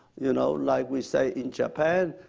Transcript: you know like we say in japan,